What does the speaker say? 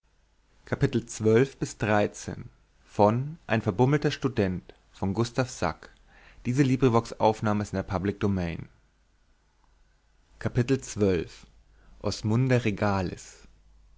ein verbummelter student